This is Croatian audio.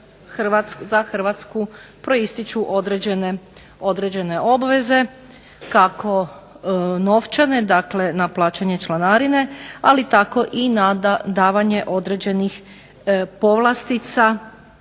Hrvatska proističu određene obveze, kako novčane, na plaćanje članarine, ali tako i na davanje određenih povlastica